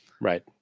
right